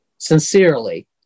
sincerely